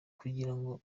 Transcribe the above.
kugirango